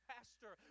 Pastor